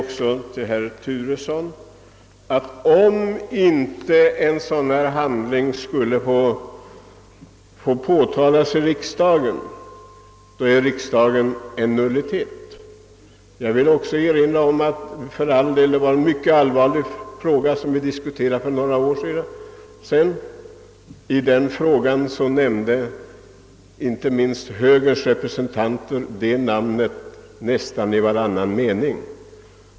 Till herr Turesson vill jag säga att om en sådan här handling inte skall få påtalas i riksdagen, så är riksdagen en nullitet. Jag vill också erinra om att när vi för några år sedan diskuterade en mycket allvarlig fråga, så nämnde inte minst högerns representanter det då aktuella namnet i nästan varannan mening.